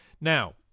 Now